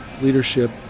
leadership